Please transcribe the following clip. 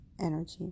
energy